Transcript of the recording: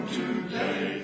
today